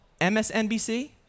MSNBC